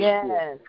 Yes